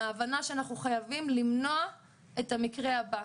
מההבנה שאנחנו חייבים למנוע את המקרה הבא.